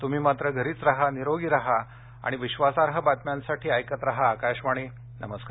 तुम्ही मात्र घरीच राहा निरोगी राहा आणि विश्वासार्ह बातम्यांसाठी ऐकत राहा आकाशवाणी नमस्कार